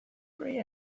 grey